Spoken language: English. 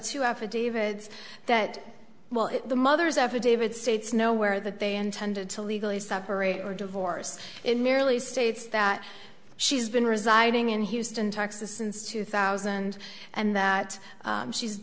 two affidavits that well the mother's affidavit states nowhere that they intended to legally separate or divorce it merely states that she's been residing in houston texas since two thousand and that she's